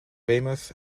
weymouth